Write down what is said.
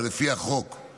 אבל לפי החוק,